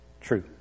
true